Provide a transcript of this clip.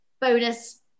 bonus